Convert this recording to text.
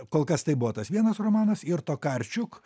kol kas tai buvo tas vienas romanas ir tokarčiuk